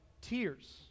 tears